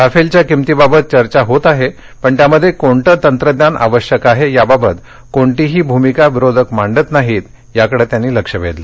राफेलच्या किंमतीबाबत चर्चा होत आहे पण त्यामध्ये कोणतं तंत्रज्ञान आवश्यक आहे याबाबत कोणतीही भूमिका विरोधक मांडत नाहीत असंही सिंग म्हणाले